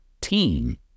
team